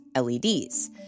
LEDs